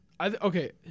Okay